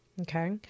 Okay